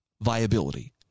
viability